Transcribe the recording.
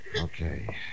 Okay